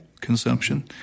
consumption